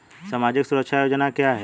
सामाजिक सुरक्षा योजना क्या है?